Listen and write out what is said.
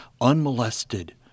unmolested